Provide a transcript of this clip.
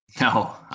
No